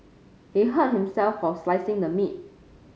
he hurt himself while slicing the meat